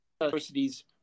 universities